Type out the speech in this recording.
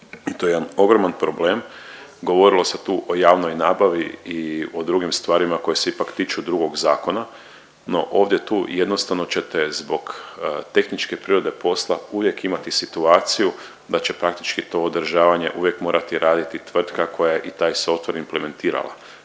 i to je jedan ogroman problem. Govorilo se tu o javnoj nabavi i o drugim stvarima koja se ipak tiču drugog zakona. Ono, ovdje tu jednostavno ćete zbog tehničke prirode posla uvijek imati situaciju da će praktički to održavanje uvijek morati raditi tvrtka koja je taj softver i implementirala,